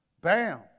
Bam